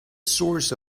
source